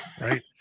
right